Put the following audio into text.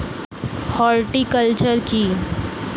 Horticulture কি?